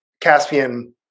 Caspian